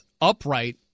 upright